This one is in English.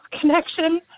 connection